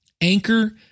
Anchor